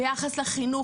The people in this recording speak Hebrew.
ביחס לחינוך,